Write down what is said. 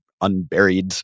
unburied